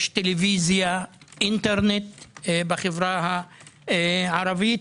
יש טלוויזיה, אינטרנט בחברה הערבית.